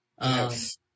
Yes